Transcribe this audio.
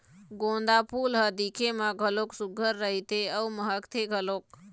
गोंदा फूल ह दिखे म घलोक सुग्घर रहिथे अउ महकथे घलोक